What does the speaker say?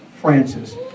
Francis